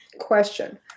Question